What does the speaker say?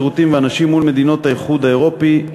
שירותים ואנשים מול מדינות האיחוד האירופי,